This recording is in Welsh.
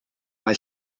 mai